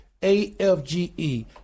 AFGE